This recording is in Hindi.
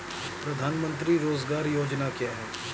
प्रधानमंत्री रोज़गार योजना क्या है?